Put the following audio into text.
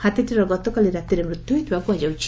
ହାତୀଟିର ଗତକାଲି ରାତିରେ ମୃତ୍ୟୁ ହୋଇଥିବା କୁହାଯାଉଛି